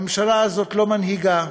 הממשלה הזאת לא מנהיגה,